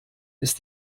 ist